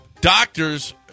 doctors